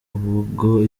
ubwo